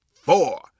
four